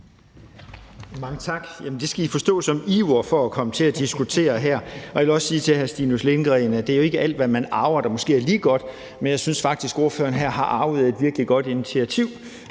Mange tak. Jeg har været ivrig efter at komme til at diskutere det her . Jeg vil også sige til hr. Stinus Lindgreen, at det jo måske ikke er alt, hvad man arver, der er lige godt, men jeg synes faktisk, at ordføreren her har arvet et virkelig godt initiativ,